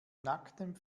nacktem